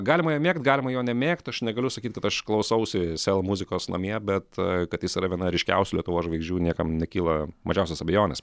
galima jį mėgt galima jo nemėgt aš negaliu sakyti kad aš klausausi sel muzikos namie bet kad jis yra viena ryškiausių lietuvos žvaigždžių niekam nekyla mažiausios abejonės